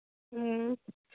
ꯎꯝ